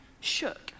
shook